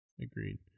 Agreed